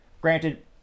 Granted